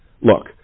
Look